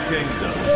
Kingdom